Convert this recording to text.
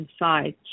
inside